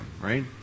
right